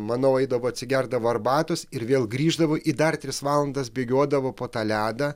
manau eidavo atsigerdavo arbatos ir vėl grįždavo i dar tris valandas bėgiodavo po tą ledą